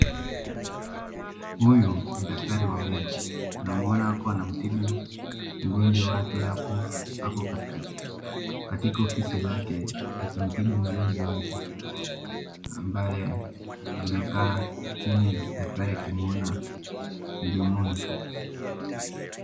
Huyu ni daktari wa meno naona akiwa anamtibu mgonjwa wake hapo katika ofisi lake akimpima mgonjwa wake ambaye amekaa chini daktari akimuona mdomoni.